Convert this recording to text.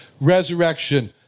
resurrection